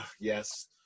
yes